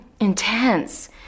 Intense